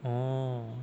oh